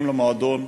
אם למועדון,